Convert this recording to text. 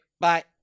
bye